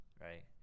right